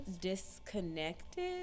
disconnected